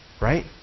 Right